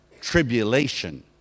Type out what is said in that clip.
tribulation